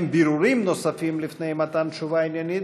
בירורים נוספים לפני מתן תשובה עניינית,